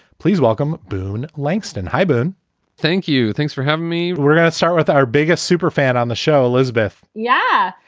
please welcome boone langston heyburn thank you. thanks for having me we're going to start with our biggest superfan on the show, elizabeth yeah,